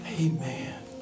amen